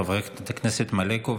חברת הכנסת מלקו,